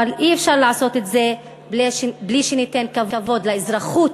אבל אי-אפשר לעשות את זה בלי שניתן כבוד לאזרחות,